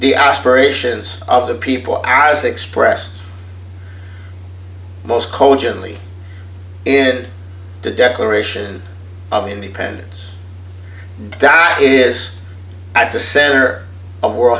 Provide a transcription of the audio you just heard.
the aspirations of the people as expressed most cogently in the declaration of independence that is at the center of world